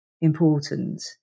important